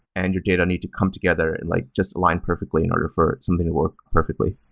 and your data need to come together, and like just align perfectly in order for something to work perfectly